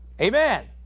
Amen